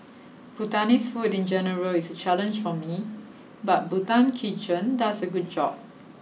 Bhutanese food in general is a challenge for me but Bhutan Kitchen does a good job